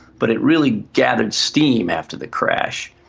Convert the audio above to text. but it really gathered steam after the crash.